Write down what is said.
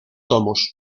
tomos